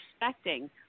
expecting